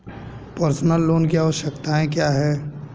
Personal loan की आवश्यकताएं क्या हैं?